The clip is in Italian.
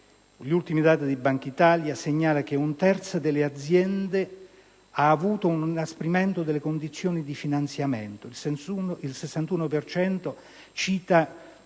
ieri dalla Banca d'Italia segnalano che un terzo delle aziende ha avuto un inasprimento delle condizioni di finanziamento. Il 61 per